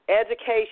education